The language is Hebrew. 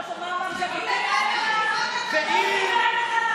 תגיד אתה,